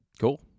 Cool